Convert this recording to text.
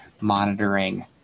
monitoring